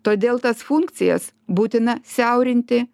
todėl tas funkcijas būtina siaurinti